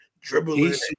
Dribbling